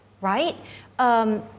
right